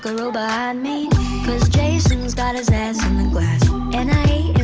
ah ah and me cause jason's got his ass on the glass and i